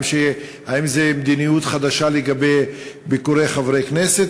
האם זו מדיניות חדשה לגבי ביקורי חברי כנסת